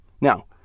Now